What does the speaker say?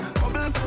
bubble